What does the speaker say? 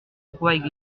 trouvailles